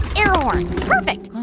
air horn. perfect.